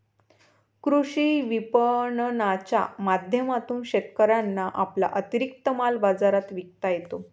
कृषी विपणनाच्या माध्यमातून शेतकऱ्यांना आपला अतिरिक्त माल बाजारात विकता येतो